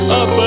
up